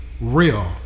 real